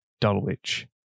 Dulwich